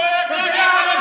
אתה דואג רק לערבים.